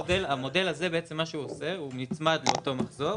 המודל הזה, מה שהוא עושה, הוא נצמד לאותו מחזור